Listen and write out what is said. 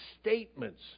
statements